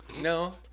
No